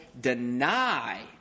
deny